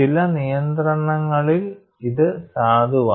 ചില നിയന്ത്രണങ്ങളിൽ ഇത് സാധുവാണ്